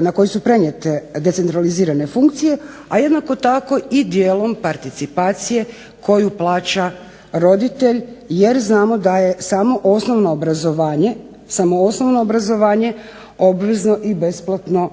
na koje su prenijete decentralizirane funkcije, a jednako tako i dijelom participacije koju plaća roditelj jer znamo da je samo osnovno obrazovanje obvezno i besplatno